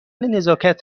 نزاکت